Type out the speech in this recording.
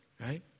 right